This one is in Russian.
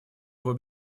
его